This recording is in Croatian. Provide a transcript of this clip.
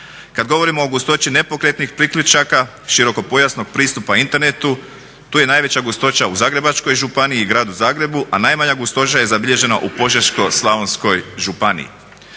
Kad govorimo o gustoći nepokretnih priključaka širokopojasnog pristupa internetu tu je najveća gustoća u Zagrebačkoj županiji i Gradu Zagrebu, a najmanja gustoća je zabilježena u Požeško-slavonskoj županiji.